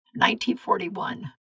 1941